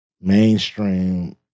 mainstream